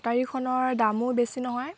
কটাৰীখনৰ দামো বেছি নহয়